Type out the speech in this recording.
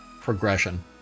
progression